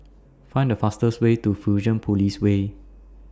Find The fastest Way to Fusionopolis Way